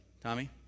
Tommy